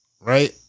right